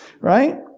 Right